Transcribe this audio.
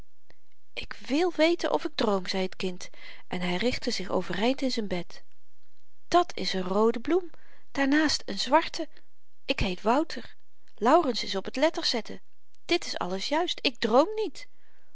ik wil weten of ik droom zeî t kind en hy richtte zich overeind in z'n bed dàt is een roode bloem daarnaast een zwarte ik heet wouter laurens is op t letterzetten dit is alles juist ik droom niet